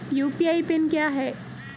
UPI PIN क्या है?